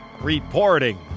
reporting